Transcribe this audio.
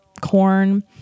corn